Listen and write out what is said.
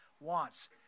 wants